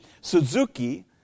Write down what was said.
Suzuki